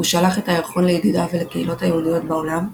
הוא שלח את הירחון לידידיו ולקהילות היהודיות בעולם.